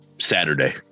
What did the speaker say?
Saturday